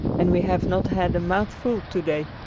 and we have not had a mouthful to-day.